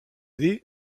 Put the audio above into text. dir